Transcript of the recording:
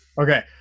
Okay